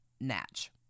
Natch